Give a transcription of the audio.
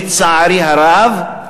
לצערי הרב,